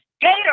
gator